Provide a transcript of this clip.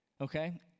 okay